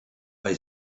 bei